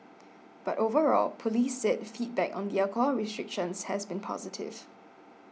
but overall police said feedback on the alcohol restrictions has been positive